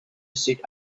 sit